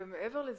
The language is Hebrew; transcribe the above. מעבר לזה,